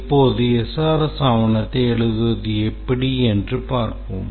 இப்போது SRS ஆவணத்தை எழுதுவது எப்படி என்று பார்ப்போம்